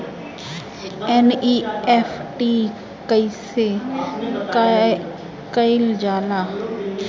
NEFT कइसे कइल जाला?